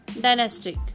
dynastic